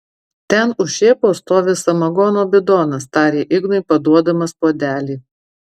ten už šėpos stovi samagono bidonas tarė ignui paduodamas puodelį